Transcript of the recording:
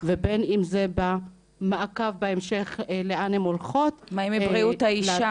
ובין אם זה במעקב בהמשך לאן הן הולכות --- מה עם בריאות האישה?